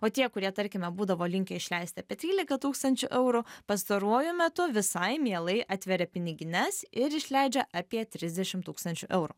o tie kurie tarkime būdavo linkę išleisti apie trylika tūkstančių eurų pastaruoju metu visai mielai atveria pinigines ir išleidžia apie trisdešim tūkstančių eurų